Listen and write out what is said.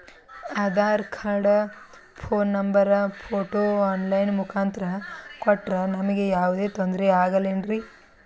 Aadhaar card, phone number, photo online ಮುಖಾಂತ್ರ ಕೊಟ್ರ ನಮಗೆ ಯಾವುದೇ ತೊಂದ್ರೆ ಆಗಲೇನ್ರಿ?